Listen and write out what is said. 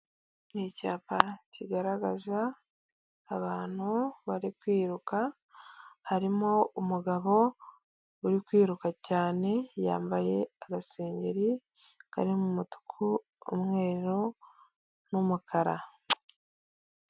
Ni icyapa kigaragaza abantu bari kwiruka, harimo umugabo uri kwiruka cyane, yambaye agasengeri karimo umutuku, umweru n'umukara.